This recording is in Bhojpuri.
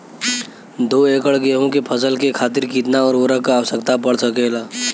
दो एकड़ गेहूँ के फसल के खातीर कितना उर्वरक क आवश्यकता पड़ सकेल?